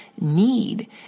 need